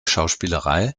schauspielerei